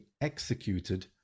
executed